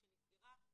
שנסגרה.